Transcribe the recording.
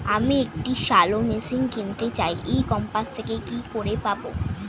আমি একটি shallow machine কিনতে চাই ই কমার্স থেকে কি করে পাবো?